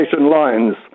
lines